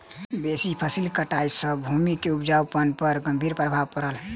बेसी फसिल कटाई सॅ भूमि के उपजाऊपन पर गंभीर प्रभाव पड़ल